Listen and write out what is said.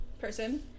person